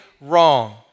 wrong